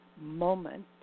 moment